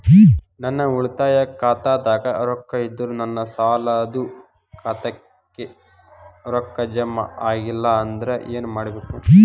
ನನ್ನ ಉಳಿತಾಯ ಖಾತಾದಾಗ ರೊಕ್ಕ ಇದ್ದರೂ ನನ್ನ ಸಾಲದು ಖಾತೆಕ್ಕ ರೊಕ್ಕ ಜಮ ಆಗ್ಲಿಲ್ಲ ಅಂದ್ರ ಏನು ಮಾಡಬೇಕು?